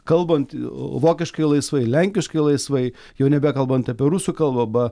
kalbant vokiškai laisvai lenkiškai laisvai jau nebekalbant apie rusų kalbą